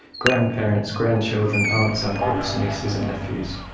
grandparents, grandchildren, aunts, uncles, nieces and nephews.